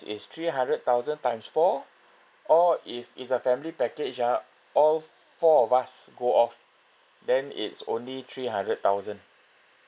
it's three hundred thousand times four or if it's a family package ah all four of us go off then it's only three hundred thousand